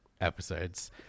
episodes